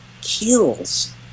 kills